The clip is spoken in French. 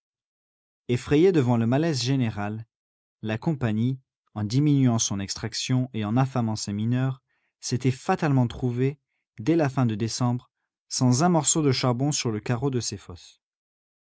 effrayée devant le malaise général la compagnie en diminuant son extraction et en affamant ses mineurs s'était fatalement trouvée dès la fin de décembre sans un morceau de charbon sur le carreau de ses fosses